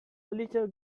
little